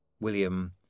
William